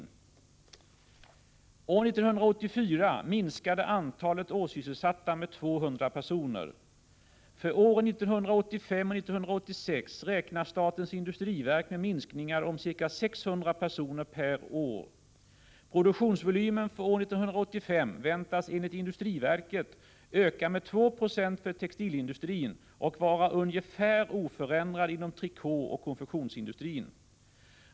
År 1984 minskade antalet årssysselsatta med 200 personer. För åren 1985 och 1986 räknar statens industriverk med minskningar om ca 600 personer per år. Produktionsvolymen för år 1985 väntas enligt industriverket öka med 290 för textilindustrin och vara ungefär oförändrad inom trikåoch konfektionsindustrin.